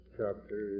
chapter